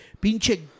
Pinche